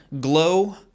glow